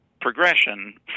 progression